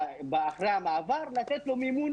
אחרי המעבר, לתת לו מימון.